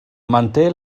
manté